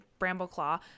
Brambleclaw